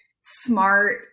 smart